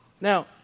Now